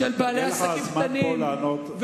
יהיה לך זמן פה לענות.